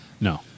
No